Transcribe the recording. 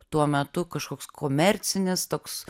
tuo metu kažkoks komercinis toks